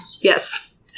Yes